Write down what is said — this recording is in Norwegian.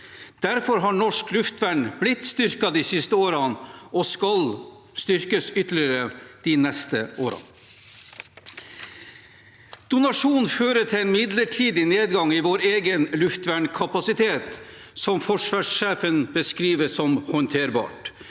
Derfor har norsk luftvern blitt styrket de siste årene og skal styrkes ytterligere de neste årene. Donasjonen fører til en midlertidig nedgang i vår egen luftvernkapasitet, som forsvarssjefen beskriver som håndterbar.